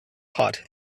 hot